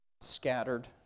scattered